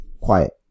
Quiet